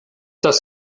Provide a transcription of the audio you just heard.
das